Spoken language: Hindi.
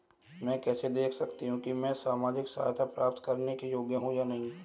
मैं कैसे देख सकती हूँ कि मैं सामाजिक सहायता प्राप्त करने के योग्य हूँ या नहीं?